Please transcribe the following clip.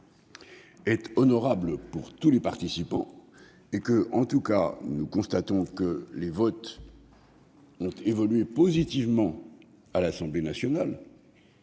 est honorable pour tous les participants. Nous constatons que les votes ont évolué positivement à l'Assemblée nationale